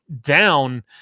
down